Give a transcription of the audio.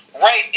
right